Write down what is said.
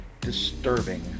disturbing